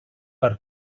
per